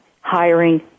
hiring